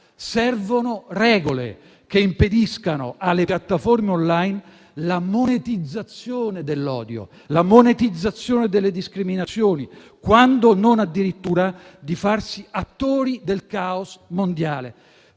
servono regole che impediscano alle piattaforme *online* la monetizzazione dell'odio e delle discriminazioni, quando non addirittura di farsi attori del caos mondiale.